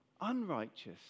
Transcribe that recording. unrighteous